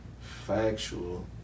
factual